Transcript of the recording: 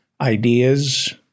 ideas